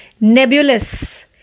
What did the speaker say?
nebulous